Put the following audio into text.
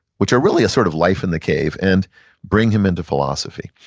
which are really a sort of life in the cave, and bring him into philosophy.